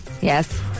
Yes